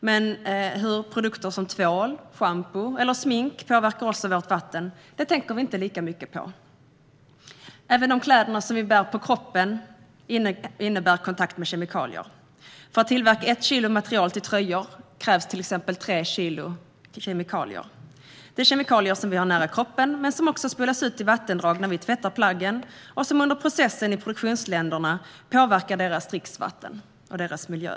Men hur produkter som tvål, schampo eller smink påverkar oss och vårt vatten tänker vi inte lika mycket på. Även de kläder vi bär på kroppen innebär kontakt med kemikalier. För att tillverka ett kilo material till tröjor krävs tre kilo kemikalier. Det är kemikalier som vi har nära kroppen men som också spolas ut i vattendrag när vi tvättar plaggen och som under processen i produktionsländerna påverkar deras dricksvatten och deras miljö.